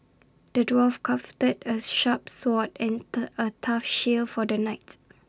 the dwarf crafted A sharp sword and A tough shield for the knight